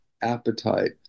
appetite